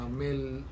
male